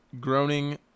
groaning